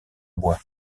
bois